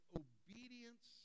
obedience